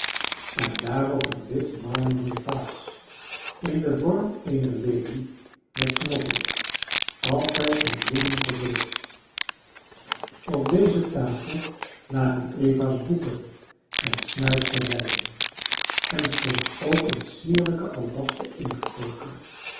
en daarop een wit marmeren vaas in den vorm eener lelie met knoppen altijd met bloemen gevuld op deze tafel lagen eva's boeken en snuisterijen en stond ook een sierlijke albasten inktkoker